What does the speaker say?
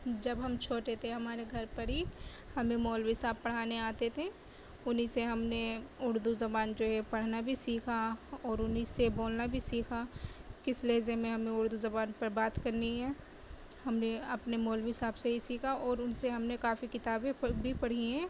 جب ہم چھوٹے تھے ہمارے گھر پر ہی ہمیں مولوی صاحب پڑھانے آتے تھے انہیں سے ہم نے اردو زبان جو ہے پڑھنا بھی سیکھا اور انہیں سے بولنا بھی سیکھا کس لہجے میں ہم نے اردو زبان پر بات کرنی ہے ہم نے اپنے مولوی صاحب سے ہی سیکھا اور ان سے ہم نے کافی کتابیں خود بھی پڑھی ہیں